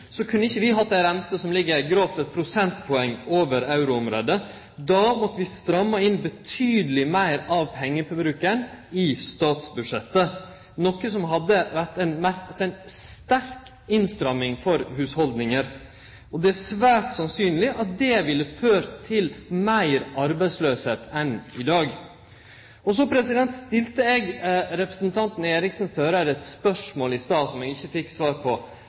kunne vi ikkje hatt ei rente som grovt rekna ligg eit prosentpoeng over euroområdet. Då måtte vi stramme betydeleg meir inn på pengebruken i statsbudsjettet, noko som hadde medført ei sterk innstramming for hushalda. Det er svært sannsynleg at det ville ført til meir arbeidsløyse enn i dag. Så stilte eg representanten Eriksen Søreide eit spørsmål i stad som eg ikkje fekk svar på.